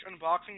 unboxing